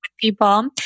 people